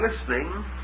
listening